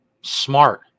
Smart